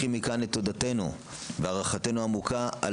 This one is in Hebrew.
שולחים מכאן את תודתנו והערכתנו העמוקה על